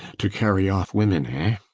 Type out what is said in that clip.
to carry off women,